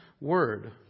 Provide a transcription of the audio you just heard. Word